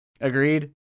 Agreed